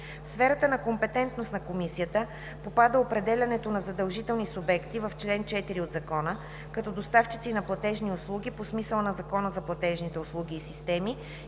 В сферата на компетентност на Комисията попада определянето на задължени субекти в чл. 4 от Закона, като доставчици на платежни услуги по смисъла на Закона за платежните услуги и системи